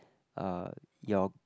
uh your